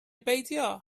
beidio